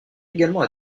également